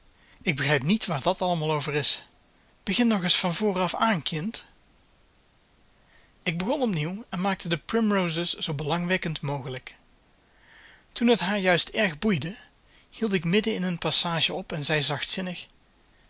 ik begrijp niet waar dat allemaal over is begin nog eens van voren af aan kind ik begon opnieuw en maakte de primroses zoo belangwekkend mogelijk toen t haar juist erg boeide hield ik midden in een passage op en zei